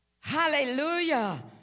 Hallelujah